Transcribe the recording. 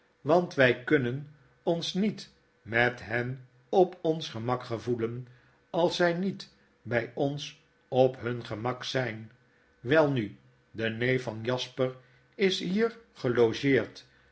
want wy kunnen ons niet met hen op ons gemak gevoelen als zy niet by ons op hun gemak zyn welnu de neef van jasper is hier gelogeerd